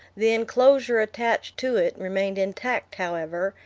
the enclosure attached to it remained intact, however,